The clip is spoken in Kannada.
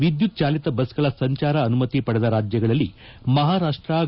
ವಿದ್ಯುತ್ ಚಾಲಿತ ಬಸ್ಗಳ ಸಂಚಾರ ಅನುಮತಿ ಪಡೆದ ರಾಜ್ಯಗಳಲ್ಲಿ ಮಹಾರಾಷ್ಷ